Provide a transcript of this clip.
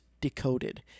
Decoded